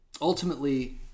Ultimately